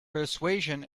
persuasion